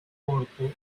corto